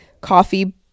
coffee